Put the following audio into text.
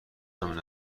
امن